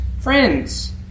friends